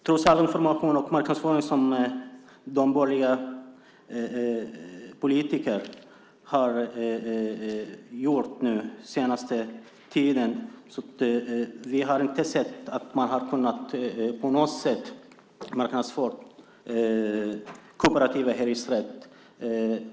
Trots all information och marknadsföring som de borgerliga politikerna har ägnat sig åt den senaste tiden har vi inte sett att man på något sätt har marknadsfört kooperativ hyresrätt.